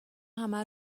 همه